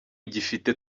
gifite